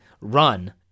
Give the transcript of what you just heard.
run